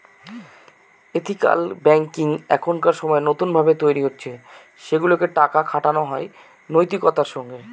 ethical banking এখনকার সময় নতুন ভাবে তৈরী হচ্ছে সেগুলাতে টাকা খাটানো হয় নৈতিকতার সঙ্গে